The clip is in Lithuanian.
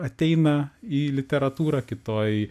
ateina į literatūrą kitoj